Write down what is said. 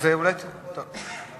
צריך להישאל